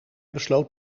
besloot